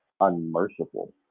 unmerciful